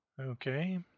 Okay